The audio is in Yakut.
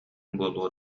буолуо